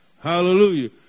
Hallelujah